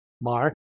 Mark